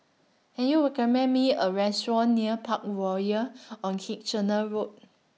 Can YOU recommend Me A Restaurant near Parkroyal on Kitchener Road